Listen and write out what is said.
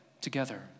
together